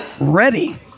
ready